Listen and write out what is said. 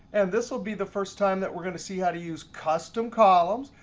and this will be the first time that we're going to see how to use custom columns.